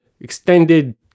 extended